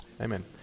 Amen